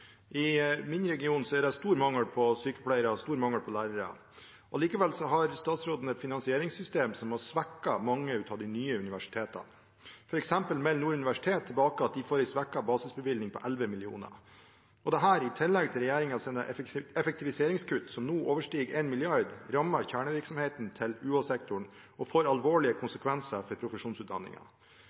I min region er det stor mangel på sykepleiere og stor mangel på lærere. Likevel har statsråden et finansieringssystem som har svekket mange av de nye universitetene. For eksempel melder Nord universitet tilbake at de får en svekket basisbevilgning på 11 mill. kr. Dette – i tillegg til regjeringens effektiviseringskutt, som nå overstiger 1 mrd. kr – rammer kjernevirksomheten til UH-sektoren og får alvorlige konsekvenser for